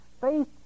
faith